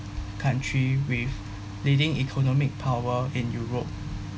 country with leading economic power in europe